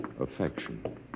Affection